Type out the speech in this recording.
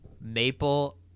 maple